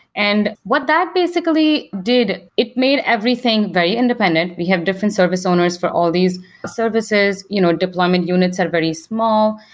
and what that basically did, it made everything very independent. we have different service owners for all these services, you know deployment units are very small,